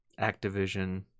Activision